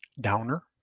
downer